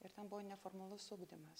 ir ten buvo neformalus ugdymas